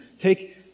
take